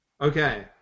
Okay